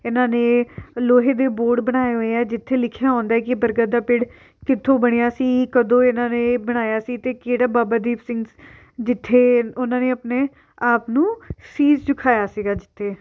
ਇਹਨਾਂ ਨੇ ਲੋਹੇ ਦੇ ਬੋਰਡ ਬਣਾਏ ਹੋਏ ਆ ਜਿੱਥੇ ਲਿਖਿਆ ਆਉਂਦਾ ਏ ਕਿ ਬਰਗਦ ਦਾ ਪੇੜ ਕਿੱਥੋਂ ਬਣਿਆ ਸੀ ਕਦੋਂ ਇਹਨਾਂ ਨੇ ਬਣਾਇਆ ਸੀ ਅਤੇ ਕਿਹੜਾ ਬਾਬਾ ਦੀਪ ਸਿੰਘ ਜਿੱਥੇ ਉਹਨਾਂ ਨੇ ਆਪਣੇ ਆਪ ਨੂੰ ਸੀਸ ਝੁਕਾਇਆ ਸੀਗਾ ਜਿੱਥੇ